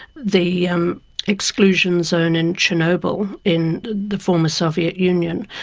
the um exclusion zone in chernobyl in the former soviet union,